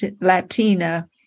Latina